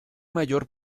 mayor